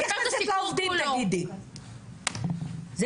איך את מתייחסת לעובדים?